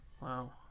Wow